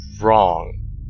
Wrong